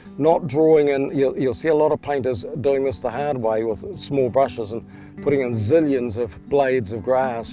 not drawing in. you see a lot of painters doing this the hard way with small brushes and putting in zillions of blades of grass